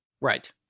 Right